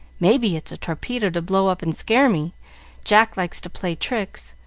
may be it's a torpedo to blow up and scare me jack likes to play tricks.